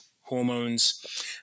hormones